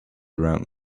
around